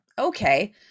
okay